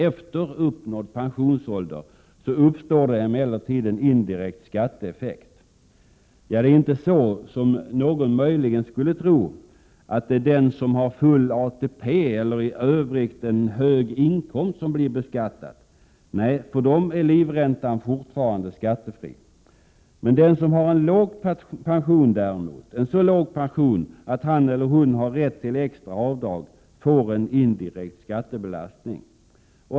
Efter uppnådd pensionsålder uppstår emellertid en indirekt skatteeffekt. Ja, inte så som någon möjligen skulle tro, att den som har full ATP eller i övrigt en hög inkomst blir beskattad. Nej, för dem är livräntan fortfarande skattefri. Den som har så låg pension att han eller hon har rätt till extra avdrag får däremot en indirekt skattebelastning.